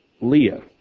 Leah